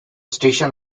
station